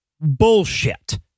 Bullshit